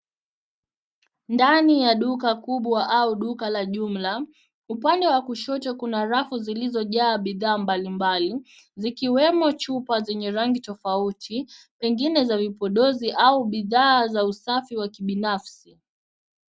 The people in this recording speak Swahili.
Ndani ya duka kubwa au duka la jumla. Upande wa kuahoto kuna rafu zilizojaa bidhaa mbalimbali. Zikiwemo chupa zenye rangi tofauti pengine za upodozi au bidhaa za usafi wa kibinafsi.